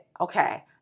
okay